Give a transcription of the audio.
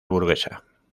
burguesa